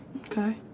Okay